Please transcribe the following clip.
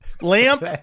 Lamp